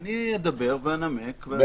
אני אדבר ואנמק.